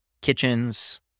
kitchens